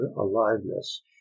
aliveness